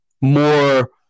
more